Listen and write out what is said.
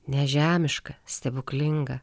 nežemiška stebuklinga